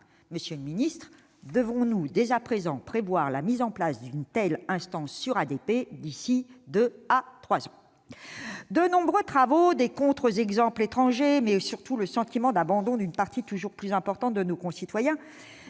Monsieur le secrétaire d'État, devons-nous, dès à présent, prévoir la mise en place d'une telle instance sur la privatisation d'ADP d'ici à deux ou trois ans ? De nombreux travaux et contre-exemples étrangers, mais surtout le sentiment d'abandon d'une partie toujours plus importante de nos concitoyens,